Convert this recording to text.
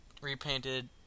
repainted